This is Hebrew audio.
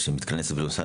שיהוו גם את השלד